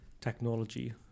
technology